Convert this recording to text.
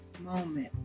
moment